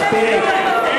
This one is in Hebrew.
מספיק.